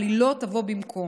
אבל היא לא תבוא במקום.